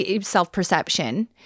self-perception